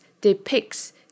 depicts